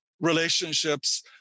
relationships